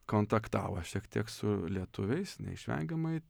kontaktavo šiek tiek su lietuviais neišvengiamai